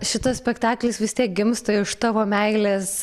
šitas spektaklis vis tiek gimsta iš tavo meilės